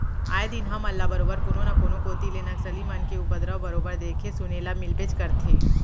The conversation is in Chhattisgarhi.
आए दिन हमन ल बरोबर कोनो न कोनो कोती ले नक्सली मन के उपदरव बरोबर देखे सुने ल मिलबेच करथे